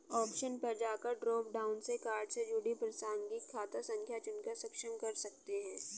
option पर जाकर drop down से कार्ड से जुड़ी प्रासंगिक खाता संख्या चुनकर सक्षम कर सकते है